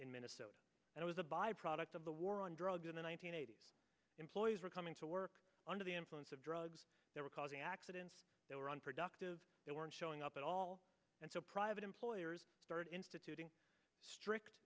in minnesota and was a byproduct of the war on drugs in the one nine hundred eighty employees were coming to work under the influence of drugs that were causing accidents that were unproductive they weren't showing up at all and so private employers third instituting strict